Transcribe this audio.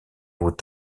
aux